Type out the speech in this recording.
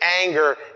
anger